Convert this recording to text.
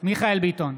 מיכאל מרדכי ביטון,